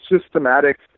systematic